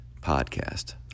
podcast